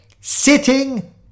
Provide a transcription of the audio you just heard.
SITTING